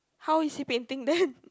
how is he painting then